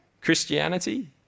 Christianity